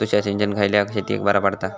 तुषार सिंचन खयल्या शेतीक बरा पडता?